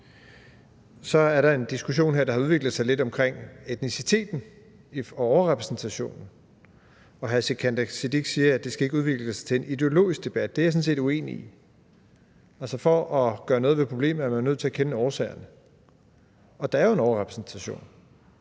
Så er der en diskussion her, der har udviklet sig lidt, omkring etniciteten og overrepræsentationen. Hr. Sikandar Siddique siger, at det ikke skal udvikle sig til en ideologisk debat. Det er jeg sådan set uenig i. For at gøre noget ved problemet, er man nødt til at kende årsagerne, og der er jo en overrepræsentation,